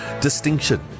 distinction